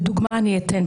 אני אתן דוגמאות,